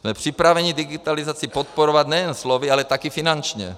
Jsme připraveni digitalizaci podporovat nejen slovy, ale taky finančně.